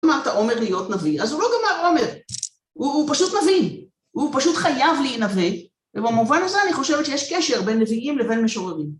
הוא לא גמר את העומר להיות נביא, אז הוא לא גמר עומר, הוא פשוט נביא, הוא פשוט חייב להנבא, ובמובן הזה אני חושבת שיש קשר בין נביאים לבין משוררים.